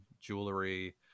jewelry